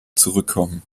zurückkommen